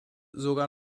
sogar